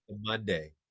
monday